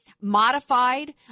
modified